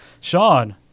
Sean